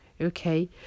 Okay